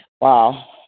wow